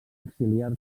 exiliar